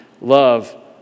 love